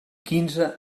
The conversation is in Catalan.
quinze